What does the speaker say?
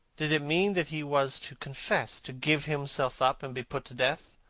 did it mean that he was to confess? to give himself up and be put to death?